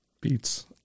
Beats